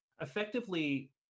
effectively